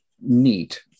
neat